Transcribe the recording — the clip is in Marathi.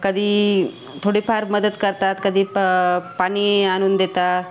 कधी थोडीफार मदत करतात कधी प पाणी आणून देतात